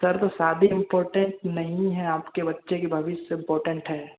sir तो शादी important नहीं है आपके बच्चे के भविष्य इंपॉर्टेंट है